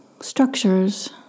structures